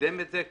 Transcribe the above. שקידם את זה.